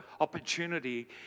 opportunity